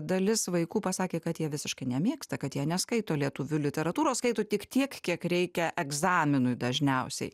dalis vaikų pasakė kad jie visiškai nemėgsta kad jie neskaito lietuvių literatūros skaito tik tiek kiek reikia egzaminui dažniausiai